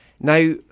Now